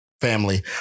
family